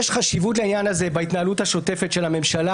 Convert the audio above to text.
יש חשיבות לעניין הזה בהתנהלות השוטפת של הממשלה.